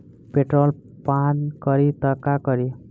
Petrol पान करी त का करी?